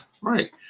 right